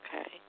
Okay